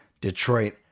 Detroit